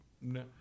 No